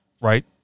right